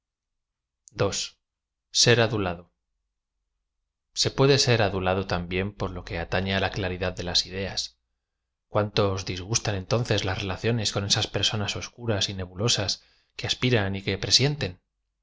ser adulado se puede ser adulado también por lo que atañe la claridad de las ideas cuánto os disgustan entonces las relaciones con esas personas oscuras y nebulosas que aspiran y que presienten